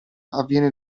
avviene